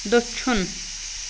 دٔچھُن